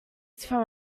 from